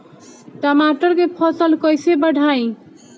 टमाटर के फ़सल कैसे बढ़ाई?